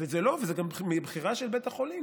וזה לא, וזה גם מבחירה של בית החולים.